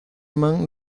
man